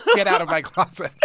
get out of my closet